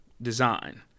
design